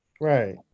right